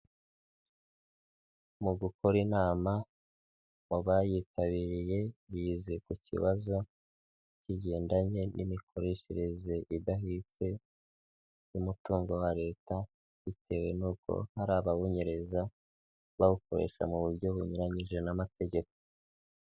Mu gukora inama mu bayitabiriye bize ku kibazo kigendanye n'imikoreshereze idahwitse y'umutungo wa leta, bitewe n'uko hari abawunyereza bawukoresha mu buryo bunyuranyije n'amategeko.